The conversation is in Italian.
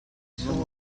suo